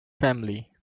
family